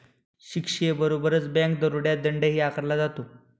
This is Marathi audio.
शिक्षेबरोबरच बँक दरोड्यात दंडही आकारला जातो